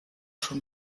schon